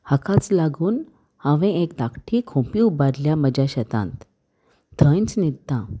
हाकाच लागून हांवें एक धाकटी खोपी उबारल्या म्हज्या शेतांत थंयच न्हिदता